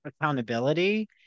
accountability